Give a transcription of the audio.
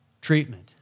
treatment